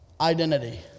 identity